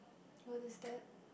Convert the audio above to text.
what is that